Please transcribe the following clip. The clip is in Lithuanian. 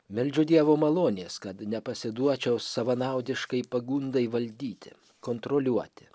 meldžiu dievo malonės kad nepasiduočiau savanaudiškai pagundai valdyti kontroliuoti